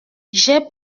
j’ai